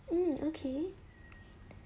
um okay